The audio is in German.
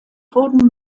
wurden